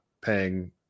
paying